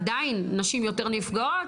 עדיין נשים יותר נפגעות.